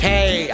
Hey